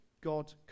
God